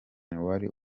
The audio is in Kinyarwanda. wari